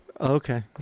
Okay